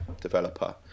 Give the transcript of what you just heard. developer